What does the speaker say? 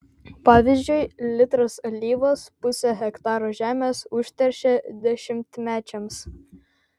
pavyzdžiui litras alyvos pusę hektaro žemės užteršia dešimtmečiams